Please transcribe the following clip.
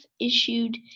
issued